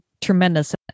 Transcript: tremendous